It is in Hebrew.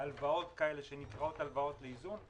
הלוואות כאלה שנקראות הלוואות איזון,